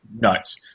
nuts